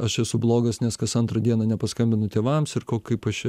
aš esu blogas nes kas antrą dieną nepaskambinu tėvams ir ko kaip aš čia